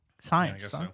Science